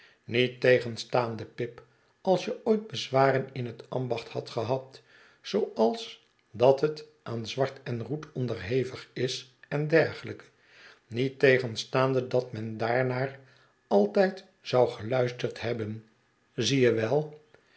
niettegenstaande pip als je ooit bezwaren in het ambacht hadt gehad zooals dat het aan zwart en roet onderhevig is en dergelijke niettegenstaande dat men daarnaar altijd zou geluisterd hebben zie je wel